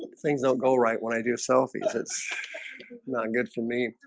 things don't go right when i do selfies. it's not good for me.